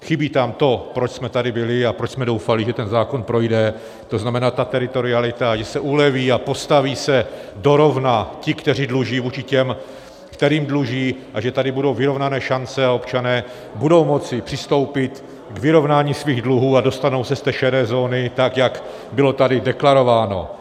Chybí tam to, proč jsme tady byli a proč jsme doufali, že ten zákon projde, to znamená ta teritorialita, že se uleví a postaví se do rovna ti, kteří dluží, vůči těm, kterým dluží, že tady budou vyrovnané šance, občané budou moci přistoupit k vyrovnání svých dluhů a dostanou se z té šedé zóny, tak jak bylo tady deklarováno.